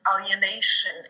alienation